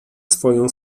swoją